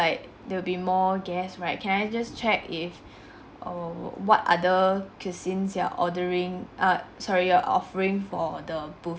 ~ke there'll be more guests right can I just check if oh what other cuisine you are ordering err sorry you are offering for the buf~